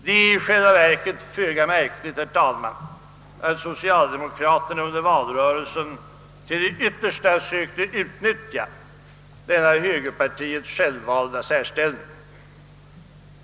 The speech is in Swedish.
Det är i själva verket föga märkligt, herr talman, att socialdemokraterna under valrörelsen till det yttersta sökte utnyttja denna högerpartiets självvalda särställning.